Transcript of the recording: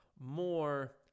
more